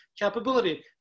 capability